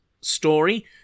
story